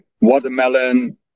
Watermelon